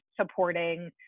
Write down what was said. supporting